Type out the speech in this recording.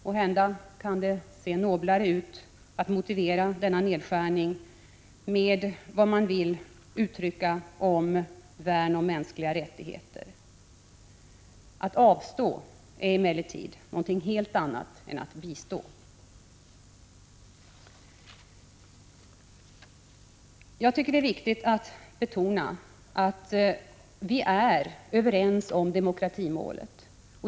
Måhända kan det se noblare ut att motivera denna nedskärning med vad man vill uttrycka om värn av mänskliga rättigheter. Att avstå är emellertid någonting helt annat än att bistå. Jag tycker det är viktigt att betona att vi är överens om demokratimålet.